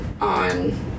on